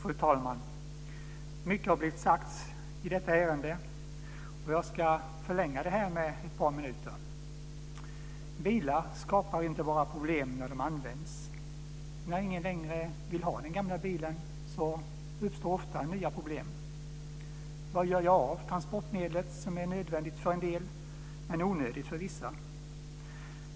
Fru talman! Mycket har sagts i detta ärende, och jag ska förlänga debatten med ytterligare ett par minuter. Bilar skapar problem inte bara när de används. När ingen längre vill ha den gamla bilen uppstår ofta nya problem. Vad gör jag med det transportmedel som är nödvändigt för en del men onödigt för vissa?